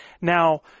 Now